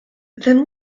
then